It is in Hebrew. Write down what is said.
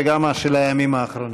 וגם של הימים האחרונים.